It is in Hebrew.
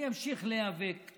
אני אמשיך להיאבק.